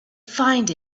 find